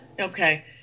okay